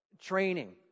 Training